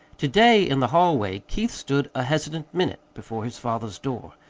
to-day, in the hallway, keith stood a hesitant minute before his father's door.